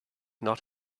not